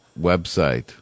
website